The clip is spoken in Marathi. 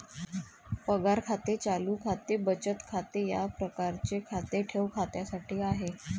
पगार खाते चालू खाते बचत खाते या प्रकारचे खाते ठेव खात्यासाठी आहे